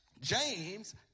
james